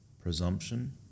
presumption